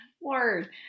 word